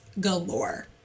galore